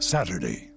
Saturday